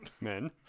men